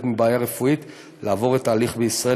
מבעיה רפואית לעבור את ההליך בישראל,